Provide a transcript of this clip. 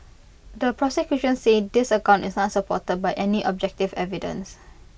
the prosecution says this account is not supported by any objective evidence